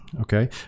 Okay